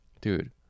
Dude